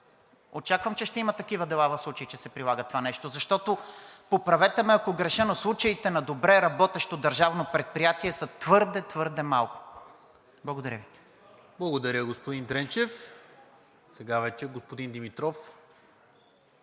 Очаквам, че ще има такива дела, в случай че се прилага това нещо. Защото, поправете ме, ако греша, но случаите на добре работещо държавно предприятие са твърде, твърде малко. Благодаря Ви. ПРЕДСЕДАТЕЛ НИКОЛА МИНЧЕВ: Благодаря, господин Дренчев. Сега вече господин Димитров,